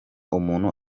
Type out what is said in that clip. umuntu